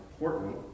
important